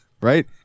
right